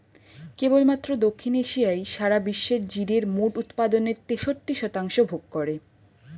কেবলমাত্র দক্ষিণ এশিয়াই সারা বিশ্বের জিরের মোট উৎপাদনের তেষট্টি শতাংশ ভোগ করে